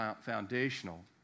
foundational